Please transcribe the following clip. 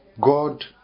God